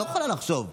אי-אפשר לחשוב.